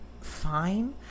fine